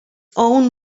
own